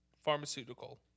Pharmaceutical